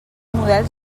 model